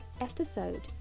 episode